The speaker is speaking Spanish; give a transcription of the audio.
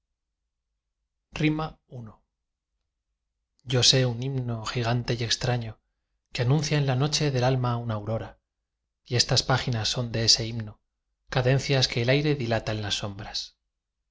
rimas i yo sé un himno gigante y extraño que anuncia en la noche del alma una aurora y estas páginas son de ese himno cadencias que el aire dilata en las sombras